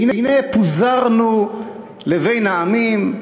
והנה פוזרנו לבין העמים.